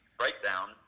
breakdown